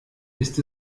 ist